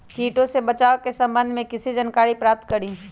किटो से बचाव के सम्वन्ध में किसी जानकारी प्राप्त करें?